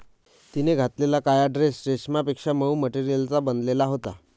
तिने घातलेला काळा ड्रेस रेशमापेक्षा मऊ मटेरियलचा बनलेला होता